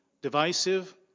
divisive